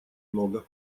много